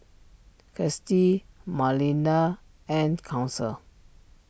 Kirstie Malinda and Council